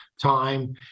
time